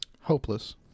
Hopeless